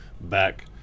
back